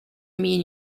mean